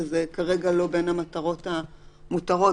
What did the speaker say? וזה כרגע לא בין המטרות המותרות.